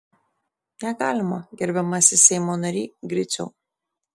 negalima gerbiamasis seimo nary griciau